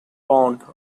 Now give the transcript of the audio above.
bond